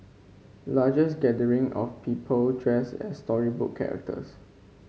largest gathering of people dressed as storybook characters